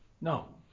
No